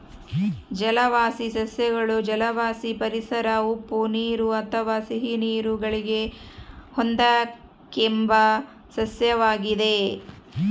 ಜಲವಾಸಿ ಸಸ್ಯಗಳು ಜಲವಾಸಿ ಪರಿಸರ ಉಪ್ಪುನೀರು ಅಥವಾ ಸಿಹಿನೀರು ಗಳಿಗೆ ಹೊಂದಿಕೆಂಬ ಸಸ್ಯವಾಗಿವೆ